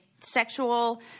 sexual